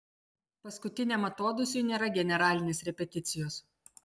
paskutiniam atodūsiui nėra generalinės repeticijos